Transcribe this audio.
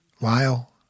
Lyle